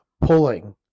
pulling